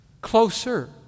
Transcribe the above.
Closer